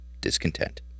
discontent